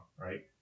right